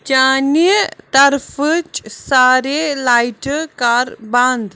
چانہِ طرفٕچ ساریٚے لایٹہٕ کَر بنٛد